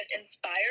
inspired